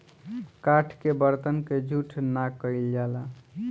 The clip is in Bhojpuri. काठ के बरतन के जूठ ना कइल जाला